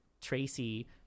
Tracy